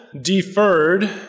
deferred